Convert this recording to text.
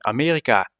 Amerika